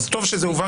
טוב שזה הובהר.